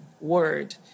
word